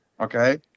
okay